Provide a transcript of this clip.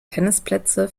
tennisplätze